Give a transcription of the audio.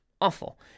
awful